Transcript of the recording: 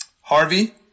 Harvey